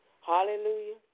Hallelujah